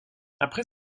après